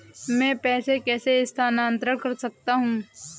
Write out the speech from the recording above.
मैं पैसे कैसे स्थानांतरण कर सकता हूँ?